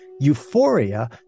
Euphoria